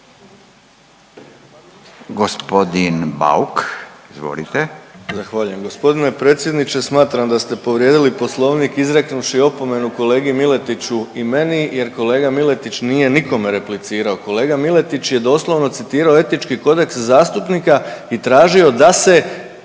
Gospodin Bauk izvolite.